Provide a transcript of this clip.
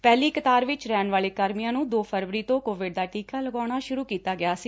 ਪਹਿਲੀ ਕਤਾਰ ਵਿਚ ਰਹਿਣ ਵਾਲੇ ਕਰਮੀਆਂ ਨੂੰ ਦੋ ਫਰਵਰੀ ਤੋਂ ਕੋਵਿਡ ਦਾ ਟੀਕਾ ਲਗਾਉਣਾ ਸੁਰੂ ਕੀਤਾ ਗਿਆ ਸੀ